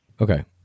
Okay